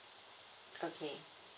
okay